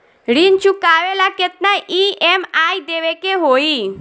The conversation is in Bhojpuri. ऋण चुकावेला केतना ई.एम.आई देवेके होई?